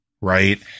right